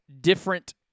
different